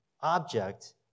object